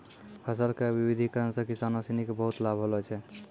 फसल के विविधिकरण सॅ किसानों सिनि क बहुत लाभ होलो छै